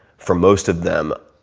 for most of them,